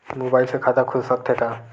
Mobile से खाता खुल सकथे का?